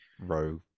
row